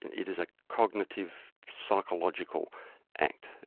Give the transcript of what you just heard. and it is a cognitive, psychological act,